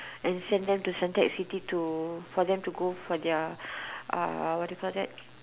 and send them to Suntec-City to for them to go for their uh what do you call that